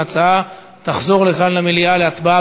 ההצעה תחזור לכאן למליאה להצבעה,